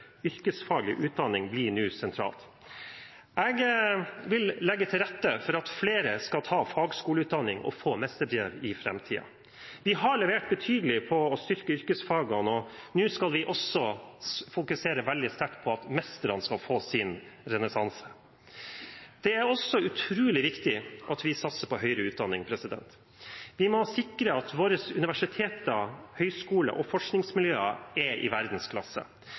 yrkesfaglig utdanning bli sentralt. Jeg vil legge til rette for at flere skal ta fagskoleutdanning og få mesterbrev i framtiden. Vi har levert betydelig når det gjelder å styrke yrkesfagene, og nå skal vi fokusere veldig sterkt på at mesterne skal få sin renessanse. Det er også utrolig viktig at vi satser på høyere utdanning. Vi må sikre at våre universiteter, høyskoler og forskningsmiljøer er i verdensklasse.